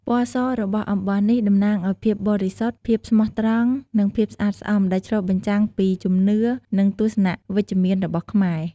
ពណ៌សរបស់អំបោះនេះតំណាងឱ្យភាពបរិសុទ្ធ ភាពស្មោះត្រង់ និងភាពស្អាតស្អំ ដែលឆ្លុះបញ្ចាំងពីជំនឿ និងទស្សនៈវិជ្ជមានរបស់ខ្មែរ។